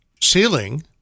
ceiling